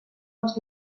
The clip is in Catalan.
els